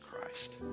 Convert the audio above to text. Christ